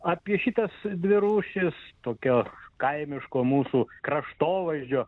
apie šitas dvi rūšis tokio kaimiško mūsų kraštovaizdžio